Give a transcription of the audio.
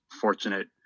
fortunate